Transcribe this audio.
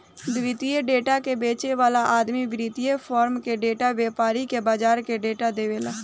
वित्तीय डेटा के बेचे वाला आदमी वित्तीय फार्म के डेटा, व्यापारी के बाजार के डेटा देवेला